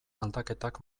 aldaketak